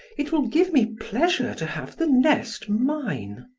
it will give me pleasure to have the nest mine.